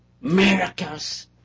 miracles